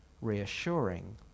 reassuring